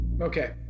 Okay